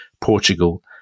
Portugal